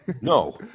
No